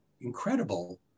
incredible